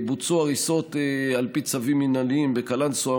בוצעו הריסות של צווים מינהליים בקלנסווה,